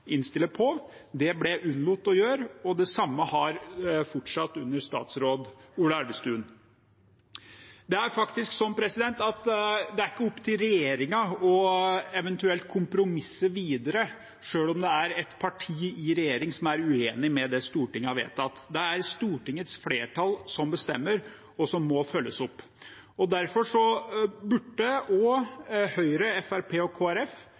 det de innstiller på. Det unnlot man å gjøre, og det samme har fortsatt under statsråd Ola Elvestuen. Det er faktisk ikke opp til regjeringen eventuelt å kompromisse videre, selv om det er et parti i regjeringen som er uenig i det Stortinget har vedtatt. Det er Stortingets flertall som bestemmer, og som må følges opp. Derfor burde også Høyre, Fremskrittspartiet og